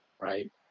right